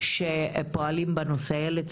עצמם שפועלים בנושאים האלה לא נוכל לעשות את זה,